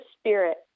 spirit